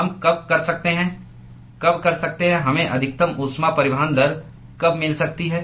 हम कब कर सकते हैं कब कर सकते हैं हमें अधिकतम ऊष्मा परिवहन दर कब मिल सकती है